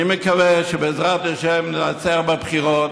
אני מקווה שבעזרת השם ננצח בבחירות,